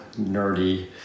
nerdy